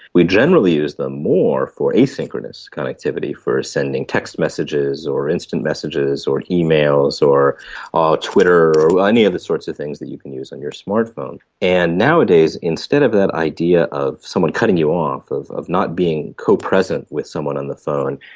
we generally use them more for asynchronous connectivity, for sending text messages or instant messages or emails or or twitter or any other sorts of things that you can use on your smart phone. and nowadays, instead of that idea of someone cutting you off, of of not being co-present with someone on the phone,